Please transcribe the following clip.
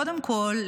קודם כול,